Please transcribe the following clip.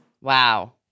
Wow